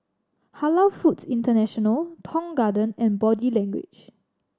Halal Foods International Tong Garden and Body Language